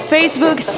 Facebook